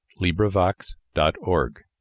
LibriVox.org